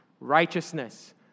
righteousness